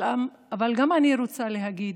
אבל אני רוצה גם להגיד